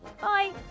Bye